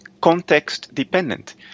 context-dependent